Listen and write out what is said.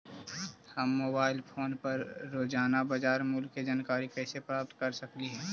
हम mobile phone पर रोजाना बाजार मूल्य के जानकारी कैसे प्राप्त कर सकली हे?